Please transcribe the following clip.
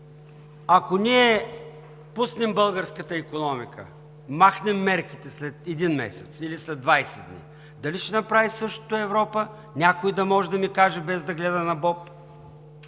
ако ние пуснем българската икономика, махнем мерките след един месец или след 20 дни, дали ще направи същото Европа? Някой да може да ми каже, без да гледа на боб?